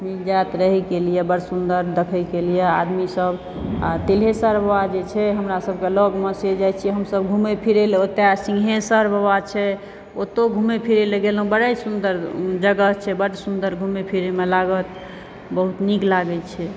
मिल जायत रहयके लिए बड़ सुन्दर देखय के लिए आदमी सब आ टिल्हेश्वर बाबा जे छै हमरा सभके लगमे चलि जाइ छी घुमय फिरय ला हमसब ओतऽ सिंघेश्वर बाबा छै ओतौ घुमय फिरय लए गेलहुॅं बड़ा सुन्दर जगह छै बड़ सुन्दर घुमय फिरयमे लागत बहुत नीक लागै छै